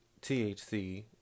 THC